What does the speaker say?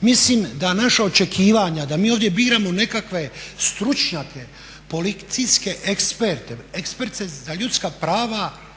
Mislim da naša očekivanja da mi ovdje biramo nekakve stručnjake, policijske eksperte, eksperte za ljudska prava.